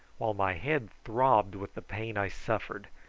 while my head throbbed with the pain i suffered,